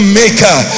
maker